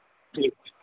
ठीक छै